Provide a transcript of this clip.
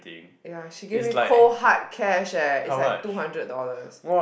ya she give me cold hard cash eh it's like two hundred dollars